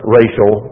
racial